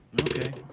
Okay